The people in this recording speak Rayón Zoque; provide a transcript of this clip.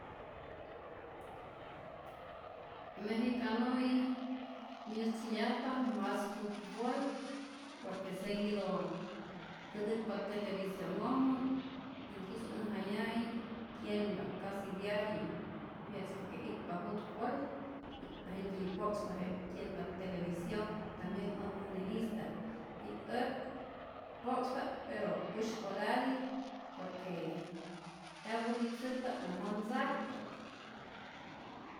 Mejicano'i myäjtzäyajpa mas futbol, por que seguido kätäkpa television'ojmä y tzäj äj jaya'i kyenpa casi diariu, mye'tzpa que itpa futbol jentyi po'kspa, jenä kyenpa televisión, tambien ä une'ista'p y ät po'kspa't pero usy'orati por que yaburritzäkpa't mejor ntzakpa't.